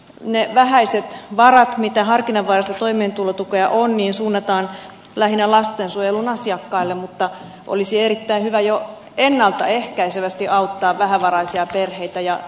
ne vähäiset varat mitä harkinnanvaraista toimeentulotukea on niin suunnataan lähinnä lastensuojelun asiakkaille mutta olisi erittäin hyvä jo ennalta ehkäisevästi auttaa vähävaraisia perheitä ja